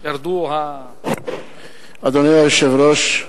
אדוני היושב-ראש,